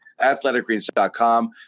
Athleticgreens.com